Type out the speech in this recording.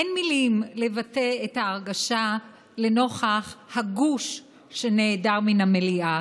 אין מילים לבטא את ההרגשה לנוכח הגוש שנעדר מן המליאה.